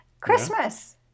Christmas